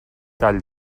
tall